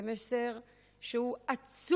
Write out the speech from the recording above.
זה מסר עצוב,